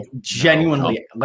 genuinely